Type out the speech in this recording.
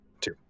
Two